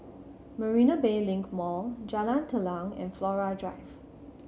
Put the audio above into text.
Marina Bay Link Mall Jalan Telang and Flora Drive